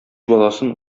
баласын